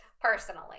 personally